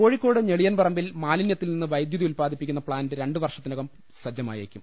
കോഴിക്കോട് ഞെളിയൻപറമ്പിൽ മാലിന്യത്തിൽ നിന്ന് വൈദ്യുതി ഉൽപ്പാദിപ്പിക്കുന്ന പ്ലാന്റ് രണ്ടുവർഷത്തിനകം സജ്ജ മായേക്കും